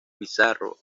pizarro